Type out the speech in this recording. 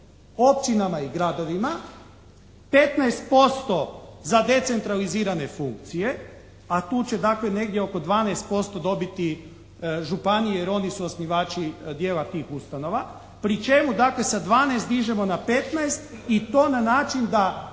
općinama i gradovima, 15% za decentralizirane funkcije, a tu će dakle negdje oko 12% dobiti županije, jer oni su osnivači dijela tih ustanova, pri čemu dakle sa 12 dižemo na 15 i to na način da